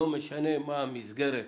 לא משנה מה המסגרת